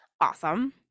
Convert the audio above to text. awesome